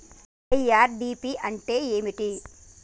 IRDP అంటే ఏమిటి?